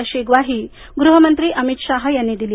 अशी ग्वाही गृहमंत्री अमित शाह यांनी दिली